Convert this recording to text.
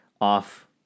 off